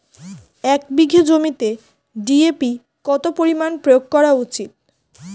এক বিঘে জমিতে ডি.এ.পি কত পরিমাণ প্রয়োগ করা উচিৎ?